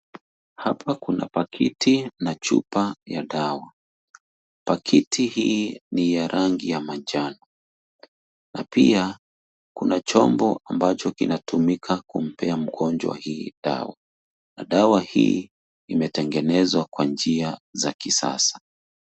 Hapa kuna pakiti na chupa ya dawa. Pakiti hii ni ya rangi ya manjano na pia kuna chombo ambacho kinatumika kumpea mgonjwa hii dawa na dawa hii imetengenezwa kwa njia za kisasa.